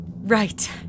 Right